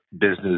business